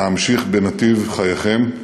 להמשיך בנתיב חייכם,